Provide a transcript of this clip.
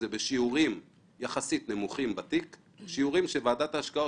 זה בשיעורים יחסית נמוכים בתיק שיעורים שוועדת ההשקעות